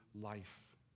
life